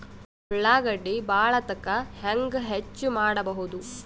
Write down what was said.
ಉಳ್ಳಾಗಡ್ಡಿ ಬಾಳಥಕಾ ಹೆಂಗ ಹೆಚ್ಚು ಮಾಡಬಹುದು?